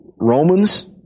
Romans